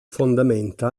fondamenta